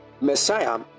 Messiah